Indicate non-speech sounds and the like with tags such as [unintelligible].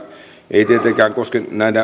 ei tietenkään koske näitä [unintelligible]